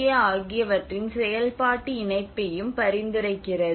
ஏ ஆகியவற்றின் செயல்பாட்டு இணைப்பையும் பரிந்துரைக்கிறது